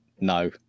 no